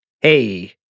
hey